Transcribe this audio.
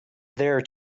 there